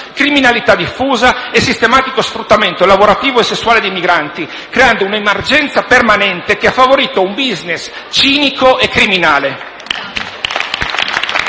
criminalità diffusa e sistematico sfruttamento lavorativo e sessuale dei migranti, creando un'emergenza permanente che ha favorito un *business* cinico e criminale.